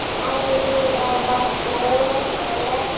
hi, mindy and guy raz. my name is laina.